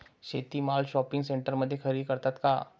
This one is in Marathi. शेती माल शॉपिंग सेंटरमध्ये खरेदी करतात का?